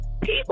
People